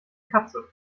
katze